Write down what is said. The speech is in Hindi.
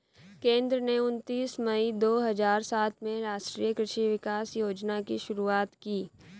केंद्र ने उनतीस मई दो हजार सात में राष्ट्रीय कृषि विकास योजना की शुरूआत की